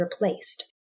replaced